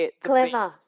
Clever